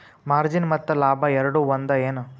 margin ಮತ್ತ ಲಾಭ ಎರಡೂ ಒಂದ ಏನ್